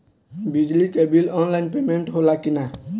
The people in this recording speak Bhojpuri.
बिजली के बिल आनलाइन पेमेन्ट होला कि ना?